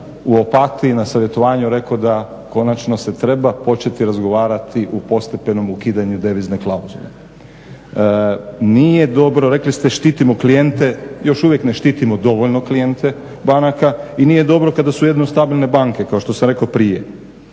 Opatiji na savjetovanju rekao da konačno se treba početi razgovarati o postepenom ukidanju devizne klauzule. Nije dobro, rekli ste štitimo klijente. Još uvijek ne štitimo dovoljno klijente banaka i nije dobro kada su jedino stabilne banke kao što sam rekao prije.